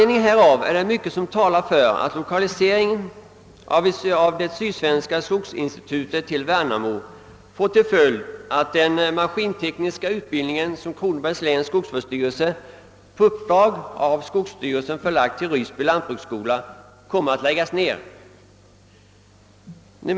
Därför är det mycket som talar för att lokaliseringen av det sydsvenska skogsinstitutet till Värnamo får till följd att den maskintekniska utbildning, som Kronobergs läns skogsvårdsstyrelse på uppdrag av skogsstyrelsen förlagt till Ryssby lantbruksskola, läggs ned.